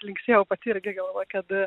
linksėjau pati ir ilgai galvojau kad